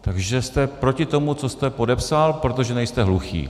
Takže jste proti tomu, co jste podepsal, protože nejste hluchý.